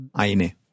Eine